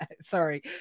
sorry